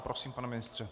Prosím, pane ministře.